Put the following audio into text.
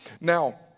Now